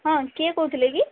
ହଁ କିଏ କହୁଥିଲେ କି